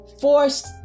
forced